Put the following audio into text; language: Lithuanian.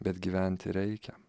bet gyventi reikia